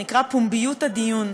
שנקרא פומביות הדיון.